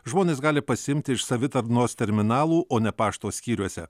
žmonės gali pasiimti iš savitarnos terminalų o ne pašto skyriuose